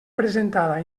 presentada